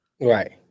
right